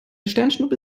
sternschnuppe